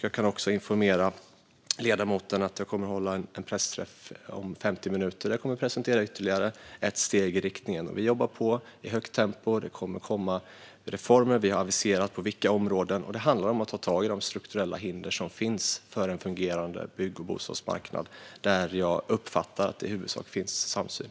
Jag kan också informera ledamoten om att jag om 50 minuter kommer att hålla en pressträff där jag presenterar ytterligare ett steg i den riktningen. Vi jobbar på i högt tempo. Det kommer att komma reformer; vi har aviserat på vilka områden. Det handlar om att ta tag i de strukturella hinder som finns för en fungerande bygg och bostadsmarknad. Där uppfattar jag att det i huvudsak finns samsyn.